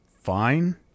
fine